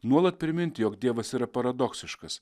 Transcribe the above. nuolat priminti jog dievas yra paradoksiškas